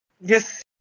Yes